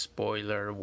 Spoiler